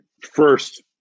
first